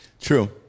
True